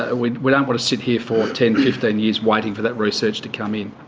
ah we we don't want to sit here for ten, fifteen years waiting for that research to come in.